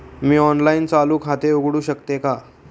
मी online चालू खाते उघडू शकते का?